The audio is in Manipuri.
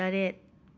ꯇꯔꯦꯠ